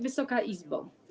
Wysoka Izbo!